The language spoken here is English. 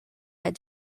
had